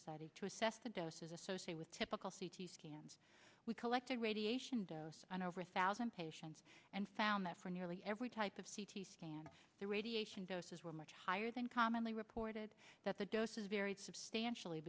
study to assess the doses associate with typical c t scans we collected radiation dose on over a thousand patients and found that for nearly every type of c t scan the radiation doses were much higher than commonly reported that the dose is very substantially